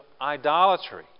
idolatry